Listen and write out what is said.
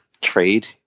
trade